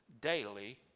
daily